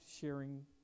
sharing